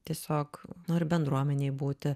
tiesiog nori bendruomenėj būti